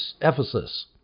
Ephesus